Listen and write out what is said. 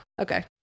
Okay